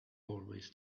always